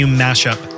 mashup